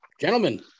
Gentlemen